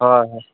ᱦᱚᱭ ᱦᱚᱭ